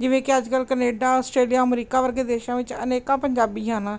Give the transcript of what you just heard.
ਜਿਵੇਂ ਕਿ ਅੱਜ ਕੱਲ੍ਹ ਕਨੇਡਾ ਆਸਟ੍ਰੇਲੀਆ ਅਮਰੀਕਾ ਵਰਗੇ ਦੇਸ਼ਾਂ ਵਿੱਚ ਅਨੇਕਾਂ ਪੰਜਾਬੀ ਹਨ